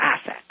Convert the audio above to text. asset